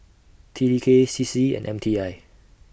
T T K C C and M T I